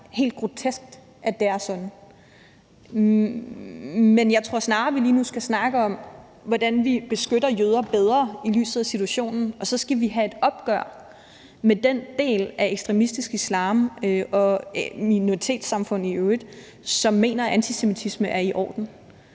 helt grotesk, at det er sådan, men jeg tror snarere, vi lige nu skal snakke om, hvordan vi beskytter jøder bedre, i lyset af situationen, og at vi så skal have et opgør med den del af ekstremistisk islam og minoritetssamfund i øvrigt, som mener, at antisemitisme er i orden.